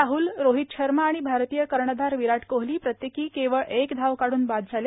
राह्ल रोहित शर्मा आणि भारतीय कर्णधार विराट कोहली प्रत्येकी केवळ एक धाव काढून बाद झाले